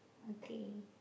okay